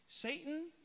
Satan